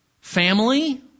Family